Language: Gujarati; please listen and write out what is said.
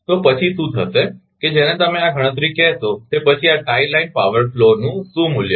તો પછી શું થશે કે જેને તમે આ ગણતરી કહેશો તે પછી આ ટાઇ લાઇન પાવર ફ્લોનું શું મૂલ્ય છે